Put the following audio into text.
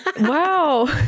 Wow